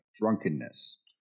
drunkenness